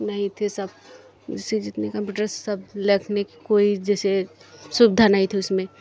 नहीं थे सब जिससे जितने कंप्यूटर सब लैब में कोई जैसे सुविधा नहीं थी उसमें